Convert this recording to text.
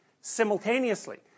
simultaneously